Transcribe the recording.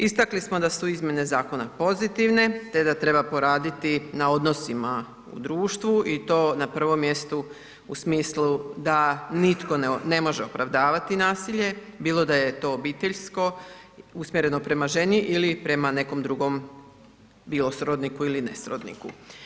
Istakli smo da su izmjene zakona pozitivne, te da treba poraditi na odnosima u društvu i to na prvom mjestu u smislu da nitko ne može opravdavati nasilje, bilo da je to obiteljsko usmjereno prema ženi ili prema nekom drugom bilo srodniku ili ne srodniku.